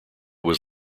was